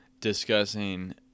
discussing